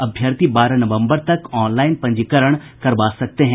अभ्यर्थी बारह नवम्बर तक ऑनलाईन पंजीकरण करवा सकते हैं